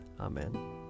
Amen